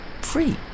free